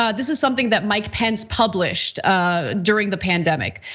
ah this is something that mike pence published ah during the pandemic.